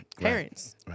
parents